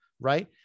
right